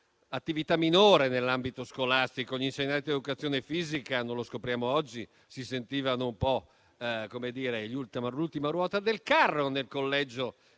misura minore nell'ambito scolastico e gli insegnanti di educazione fisica - non lo scopriamo oggi - si sentivano un po' l'ultima ruota del carro nel collegio